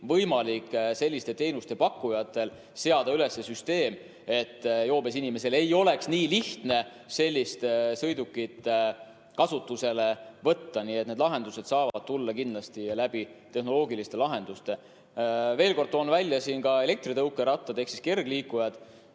võimalik selliste teenuste pakkujatel seada üles süsteem, et joobes inimesel ei oleks nii lihtne sellist sõidukit kasutusele võtta. Nii et need lahendused saavad tulla kindlasti tehnoloogiliste lahenduste kaudu. Veel kord toon välja ka elektritõukerattad ehk kergliikurid.